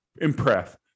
impress